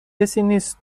نیست